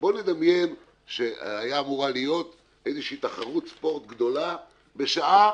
בוא נדמיין שהיתה אמורה להיות איזושהי תחרות ספורט גדולה בשעה